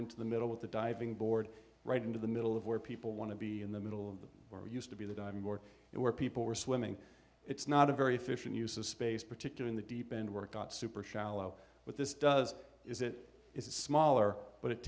into the middle with the diving board right into the middle of where people want to be in the middle of them or used to be the diving board and where people were swimming it's not a very efficient use of space particular in the deep end work got super shallow but this does is it is smaller but it